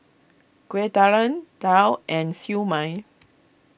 Kueh Talam Daal and Siew Mai